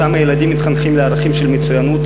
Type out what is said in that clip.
אותם ילדים מתחנכים לערכים של מצוינות,